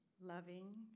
loving